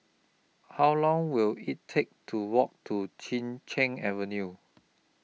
How Long Will IT Take to Walk to Chin Cheng Avenue